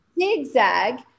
zigzag